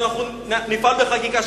ואנחנו נפעל בחקיקה,